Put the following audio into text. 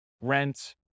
rent